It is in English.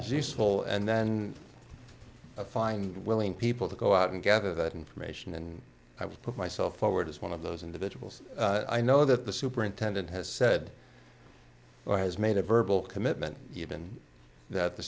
is useful and then find willing people to go out and gather that information and i would put myself forward as one of those individuals i know that the superintendent has said or has made a verbal commitment given that the